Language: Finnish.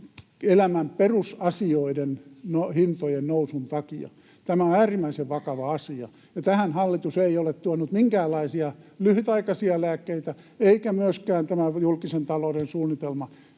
elämän perusasioiden hintojen nousun takia. Tämä on äärimmäisen vakava asia, ja tähän hallitus ei ole tuonut minkäänlaisia lyhytaikaisia lääkkeitä, eikä myöskään tämä julkisen talouden suunnitelma